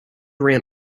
ran